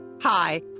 Hi